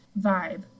vibe